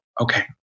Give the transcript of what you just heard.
okay